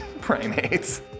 primates